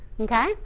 Okay